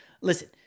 Listen